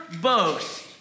boast